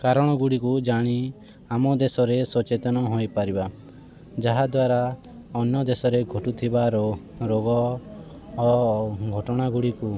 କାରଣ ଗୁଡ଼ିକୁ ଜାଣି ଆମ ଦେଶରେ ସଚେତନ ହୋଇପାରିବା ଯାହାଦ୍ୱାରା ଅନ୍ୟ ଦେଶରେ ଘଟୁଥିବା ରୋଗ ଓ ଘଟଣା ଗୁଡ଼ିକୁ